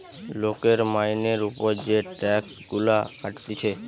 লোকের মাইনের উপর যে টাক্স গুলা কাটতিছে